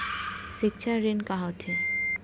सिक्छा ऋण का होथे?